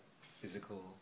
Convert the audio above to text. physical